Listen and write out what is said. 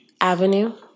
avenue